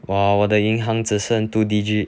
!wah! 我的银行只剩 two digits